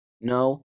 No